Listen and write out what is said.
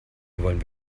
wollen